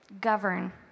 govern